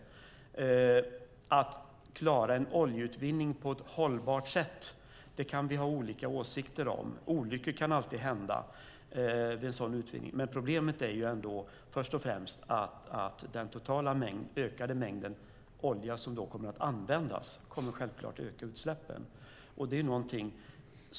Om man kan klara en oljeutvinning på ett hållbart sätt kan vi ha olika åsikter om. Olyckor kan alltid hända vid sådan utvinning. Problemet är ändå först och främst den ökade totala mängd olja som kommer att användas. Den kommer självklart att öka utsläppen.